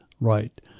right